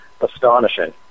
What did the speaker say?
astonishing